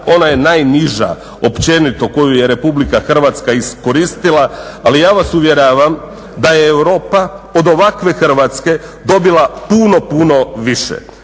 ona je najniža općenito koju je Republika Hrvatska iskoristila, ali ja vas uvjeravam da je Europa od ovakve Hrvatske dobila puno, puno više.